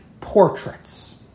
portraits